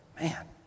Man